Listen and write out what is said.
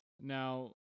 Now